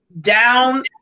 down